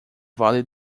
vale